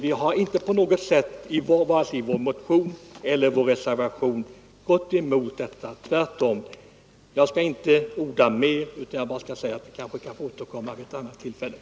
Vi har inte på något sätt — vare sig i vår motion eller vår reservation — gått emot detta. Tvärtom. Jag skall som sagt inte orda mer om detta utan ber att få återkomma vid ett annat tillfälle.